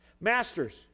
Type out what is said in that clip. Masters